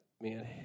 man